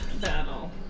battle